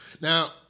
Now